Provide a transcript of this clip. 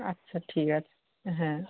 আচ্ছা ঠিক আছে হ্যাঁ